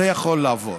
זה יכול לעבור.